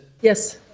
Yes